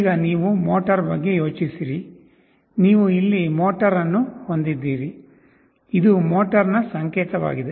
ಈಗ ನೀವು ಮೋಟರ್ ಬಗ್ಗೆ ಯೋಚಿಸಿರಿ ನೀವು ಇಲ್ಲಿ ಮೋಟರ್ ಅನ್ನು ಹೊಂದಿದ್ದೀರಿ ಇದು ಮೋಟರ್ನ ಸಂಕೇತವಾಗಿದೆ